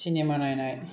cinema नायनाय